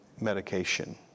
medication